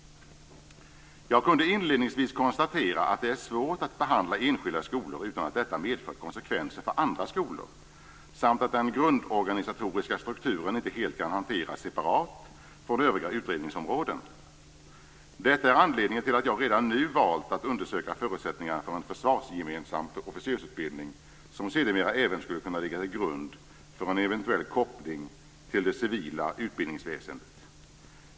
Jag kunde inledningsvis konstatera att det är svårt att behandla enskilda skolor utan att detta medför konsekvenser för andra skolor samt att den grundorganisatoriska strukturen inte helt kan hanteras separat från övriga utredningsområden. Detta är anledningen till att jag redan nu valt att undersöka förutsättningarna för en försvarsgemensam officersutbildning som sedermera även skulle kunna ligga till grund för en eventuell koppling till det civila utbildningsväsendet.